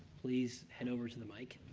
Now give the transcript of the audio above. please head over to the mic.